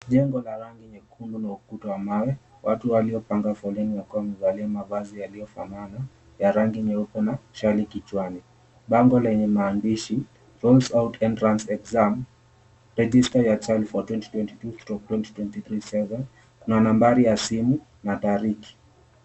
Jengo la rangi nyekundu na ukuta wa mawe, watu waliopanga foleni wakiwa wamevalia mavazi yaliyofanana ya rangi nyeupe na shali kichwani. Bango lenye maandishi Rolls out entrance exam register your child for 2022/2023 session na nambari ya simu na tariki